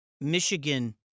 Michigan